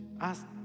ask